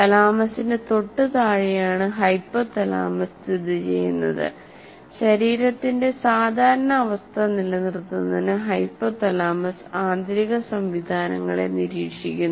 തലാമസിന് തൊട്ടുതാഴെയാണ് ഹൈപ്പോഥലാമസ് സ്ഥിതിചെയ്യുന്നത് ശരീരത്തിന്റെ സാധാരണ അവസ്ഥ നിലനിർത്തുന്നതിന് ഹൈപ്പോതലാമസ് ആന്തരിക സംവിധാനങ്ങളെ നിരീക്ഷിക്കുന്നു